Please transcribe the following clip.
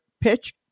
pitch